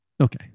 Okay